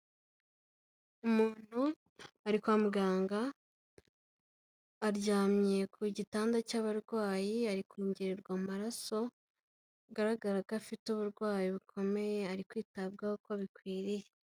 Umuntu ari kwa muganga, aryamye ku gitanda cy'abarwayi ari kongererwa amaraso, bigaragara ko afite uburwayi bukomeye, ari kwitabwaho uko bikwiriye.